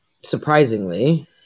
surprisingly